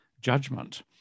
judgment